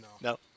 no